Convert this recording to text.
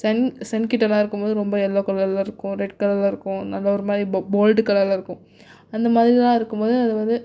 Sun சன்கிட்டலாம் இருக்கும்போது ரொம்ப எல்லோ கலர்ல இருக்கும் ரெட் கலர்ல இருக்கும் நல்லா ஒருமாதிரி போ போல்ட் கலர்ல இருக்கும் அந்தமாதிரிலாம் இருக்கும்போது அதுவந்து